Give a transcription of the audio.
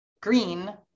green